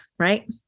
Right